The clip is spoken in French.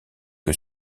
que